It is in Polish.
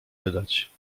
wydać